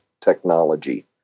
technology